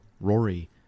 Rory